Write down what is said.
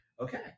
okay